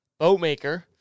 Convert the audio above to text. Boatmaker